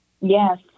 Yes